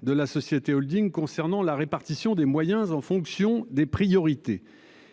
de la société Holding concernant la répartition des moyens en fonction des priorités.